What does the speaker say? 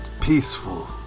peaceful